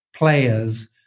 players